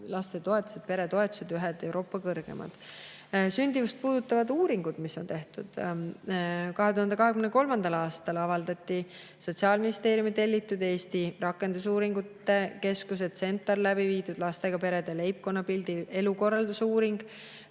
lastetoetused ja peretoetused on ühed Euroopa kõrgeimad. [Nüüd] sündimust puudutavad uuringud, mis on tehtud. 2023. aastal avaldati Sotsiaalministeeriumi tellitud ja Eesti Rakendusuuringute Keskuse CentAR läbi viidud lastega perede leibkonnapildi elukorralduse uuring,